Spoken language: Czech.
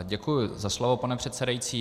Děkuji za slovo, pane předsedající.